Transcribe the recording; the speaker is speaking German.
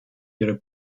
ihrer